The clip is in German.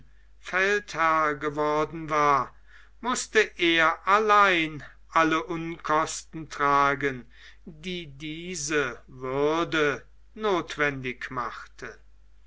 feldherr geworden war mußte er allein alle unkosten tragen die diese würde nothwendig machte